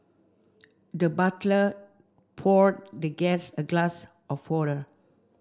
the butler poured the guest a glass of water